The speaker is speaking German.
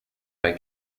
bei